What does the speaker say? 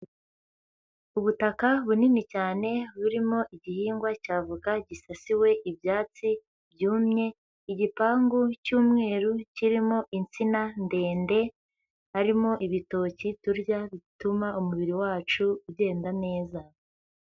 Ubutaka bunini cyane burimo igihingwa cya voka gisasiwe ibyatsi byumye. Igipangu cy'umweru kirimo insina ndende harimo ibitoki turya bituma umubiri wacu ugenda neza.